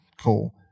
cool